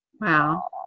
Wow